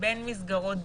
בין מסגרות דיור,